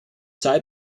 sei